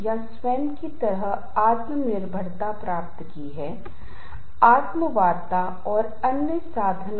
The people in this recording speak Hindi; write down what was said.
इसी तरह अगर आप में खुद की क्षमता है कि मैं स्थिति का प्रबंधन कर सकता हूं मैं मुश्किलों में बच सकता हूं और इसे आत्म प्रभावकारिता का चरण कहा जाता है